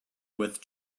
with